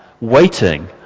waiting